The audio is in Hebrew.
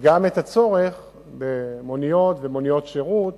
את הצורך במוניות ובמוניות שירות